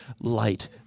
light